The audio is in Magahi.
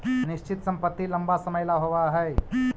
निश्चित संपत्ति लंबा समय ला होवऽ हइ